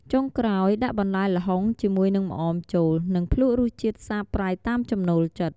ចុងក្រោយដាក់បន្លែល្ហុងជាមួយនឹងម្អមចូល នឹងភ្លក្សរសជាតិសាបប្រៃតាមចំណូលចិត្ត។